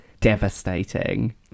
devastating